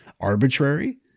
arbitrary